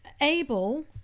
able